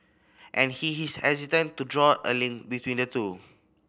and he is hesitant to draw a link between the two